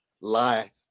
lie